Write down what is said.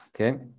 okay